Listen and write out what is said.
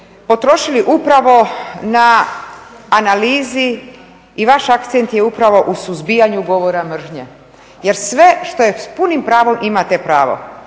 potrošili upravo na analizi i vaš akcent je upravo u suzbijanju govora mržnje. Jer sve što je, s punim pravom imate pravo,